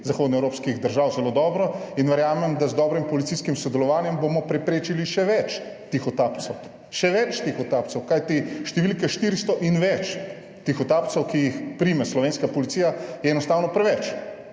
zahodno evropskih držav zelo dobro in verjamem, da z dobrim policijskim sodelovanjem bomo preprečili še več tihotapcev, še več tihotapcev, kajti številke 400 in več tihotapcev, ki jih prime slovenska policija, je enostavno preveč,